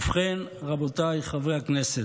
ובכן רבותיי חברי הכנסת,